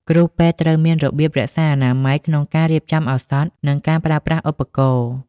គ្រូពេទត្រូវមាន របៀបរក្សាអនាម័យក្នុងការរៀបចំឱសថ និងការប្រើប្រាស់ឧបករណ៍។